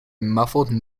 muffled